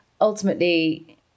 ultimately